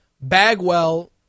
Bagwell